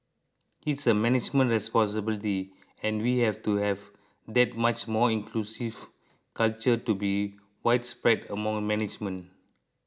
it's a management responsibility and we have to have that much more inclusive culture to be widespread among management